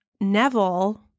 Neville